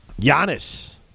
Giannis